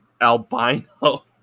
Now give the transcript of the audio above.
albino